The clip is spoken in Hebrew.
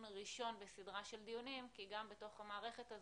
ראשון בסדרה של דיונים כי גם בתוך המערכת הזאת,